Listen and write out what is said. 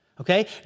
okay